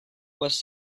was